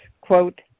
quote